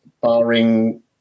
barring